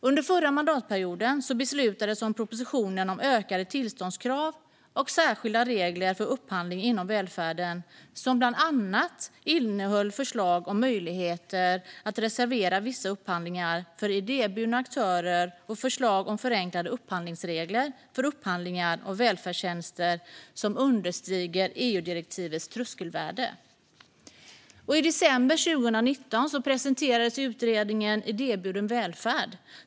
Under förra mandatperioden beslutades om propositionen Ökade tillståndskrav och särskilda regler för upphandling inom välfärden , som bland annat innehöll förslag om möjligheter att reservera vissa upphandlingar för idéburna aktörer och förslag om förenklade upphandlingsregler för upphandlingar av välfärdstjänster som understiger EU-direktivets tröskelvärde. I december 2019 presenterades utredningen Idéburen välfärd .